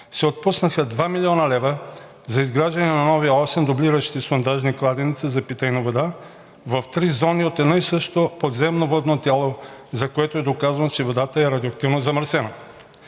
се отпуснаха 2 млн. лв. за изграждане на нови осем дублиращи сондажни кладенци за питейна вода в три зони от едно и също подземно водно тяло, за което е доказано, че водата е радиоактивно замърсена.